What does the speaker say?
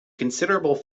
considerable